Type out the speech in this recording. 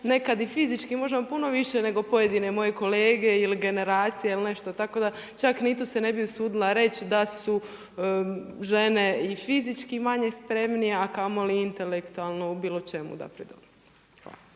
nekad i fizički možemo puno više nego pojedini moji kolege ili generacija, tako da ni tu se ne bi usudila reći da su žene i fizički manje spremnije a kamoli intelektualno u bilo čemu da pridonose. Hvala.